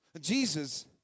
Jesus